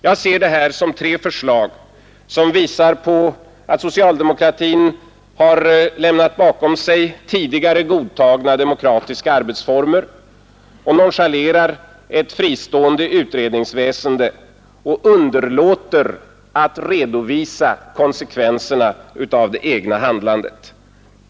Jag ser det här som tre förslag som visar på att socialdemokratin har lämnat bakom sig tidigare godtagna demokratiska arbetsformer. Man nonchalerar ett fristående utredningsväsende och underlåter att redovisa konsekvenserna av det egna handlandet.